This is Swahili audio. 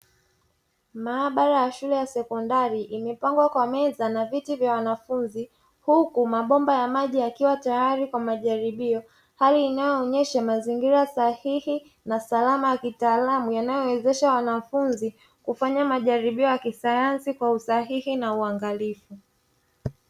Maabara ya shule ya sekondari imepangwa kwa meza na viti vya wanafunzi huku mabomba yakiwa tayari kwa majaribio, hali inayoonyesha mazingira sahihi na salama kitaalamu yanayowawezesha wanafunzi kufanya majaribio ya kisayansi kwa usahihi na uangalifu.